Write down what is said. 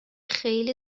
خیلی